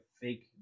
fake